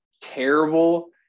terrible –